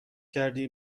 کردی